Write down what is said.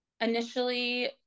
initially